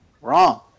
wrong